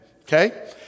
okay